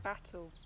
Battle